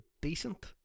decent